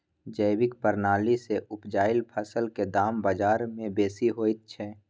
जैविक प्रणाली से उपजल फसल के दाम बाजार में बेसी होयत छै?